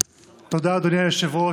תודה, אדוני היושב-ראש.